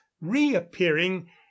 reappearing